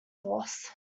force